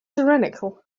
tyrannical